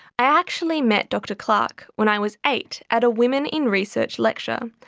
i actually met dr clark when i was eight, at a women in research lecture,